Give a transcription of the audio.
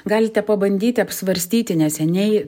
galite pabandyti apsvarstyti neseniai